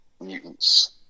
mutants